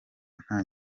nta